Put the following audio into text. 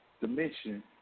dimension